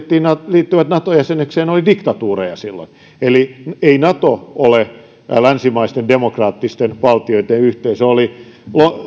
liittyivät naton jäseniksi ja olivat diktatuureja silloin eli ei nato ole länsimaisten demokraattisten valtioitten yhteisö oli